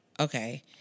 Okay